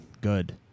good